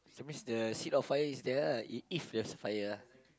that means the seat of fire is there lah if if there's fire ah